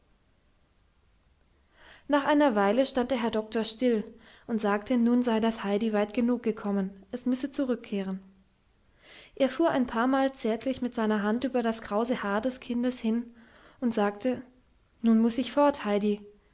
nach einer welle stand der herr doktor still und sagte nun sei das heidi weit genug gekommen es müsse zurückkehren er fuhr ein paarmal zärtlich mit seiner hand über das krause haar des kindes hin und sagte nun muß ich fort